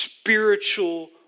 spiritual